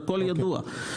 הכול ידוע.